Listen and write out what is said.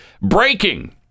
Breaking